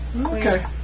Okay